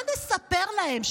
מה נספר להם?